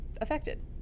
affected